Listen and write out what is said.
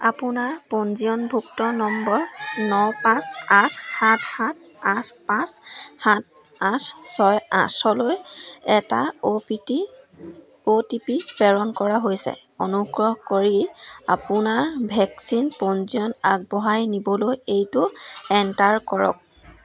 আপোনাৰ পঞ্জীয়নভুক্ত নম্বৰ ন পাঁচ আঠ সাত সাত আঠ পাঁচ সাত আঠ ছয় আঠলৈ এটা O T P O T P প্ৰেৰণ কৰা হৈছে অনুগ্ৰহ কৰি আপোনাৰ ভেকচিন পঞ্জীয়ন আগবঢ়াই নিবলৈ এইটো এণ্টাৰ কৰক